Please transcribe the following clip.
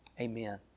Amen